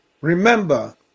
remember